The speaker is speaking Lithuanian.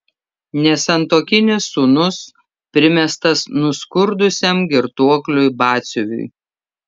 nesantuokinis sūnus primestas nuskurdusiam girtuokliui batsiuviui